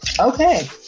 Okay